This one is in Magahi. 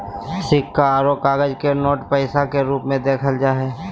सिक्का आरो कागज के नोट पैसा के रूप मे देखल जा हय